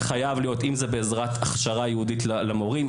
אם זה בעזרת הכשרה ייעודית למורים,